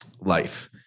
life